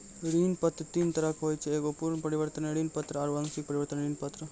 ऋण पत्र तीन तरहो के होय छै एगो पूर्ण परिवर्तनीय ऋण पत्र आरु आंशिक परिवर्तनीय ऋण पत्र